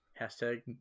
Hashtag